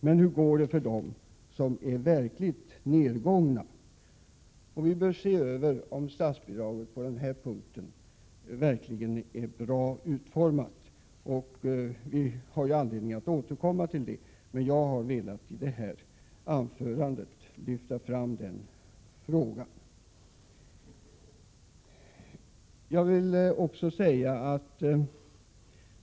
Men hur går det för dem som är verkligt nedgångna? Vi bör därför ta reda på om statsbidraget i detta sammanhang är bra utformat. Vi får anledning att återkomma till detta, men jag har i mitt anförande velat lyfta fram denna fråga.